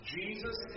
Jesus